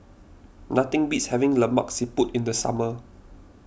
nothing beats having Lemak Siput in the summer